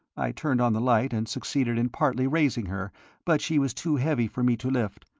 i turned on the light and succeeded in partly raising her but she was too heavy for me to lift.